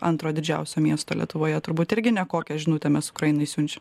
antro didžiausio miesto lietuvoje turbūt irgi nekokia žinutėmis ukrainai siunčia